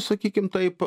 sakykim taip